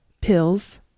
Pills